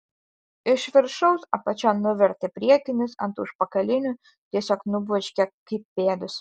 iš viršaus apačion nuvertė priekinius ant užpakalinių tiesiog nubloškė kaip pėdus